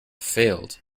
failed